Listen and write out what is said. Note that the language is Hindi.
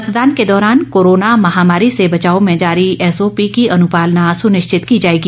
मतदान के दौरान कोरोना महामारी से बचाव में जारी एसओपी की अनुपालना सुनिश्चित की जाएगी